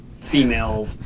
female